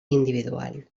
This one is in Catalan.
individual